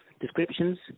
descriptions –